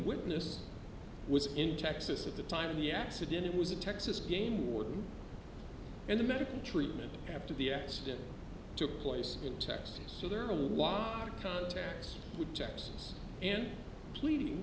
witness was in texas at the time of the accident it was a texas game warden and the medical treatment after the accident took place in texas so there are a lot of contacts with texas and pleading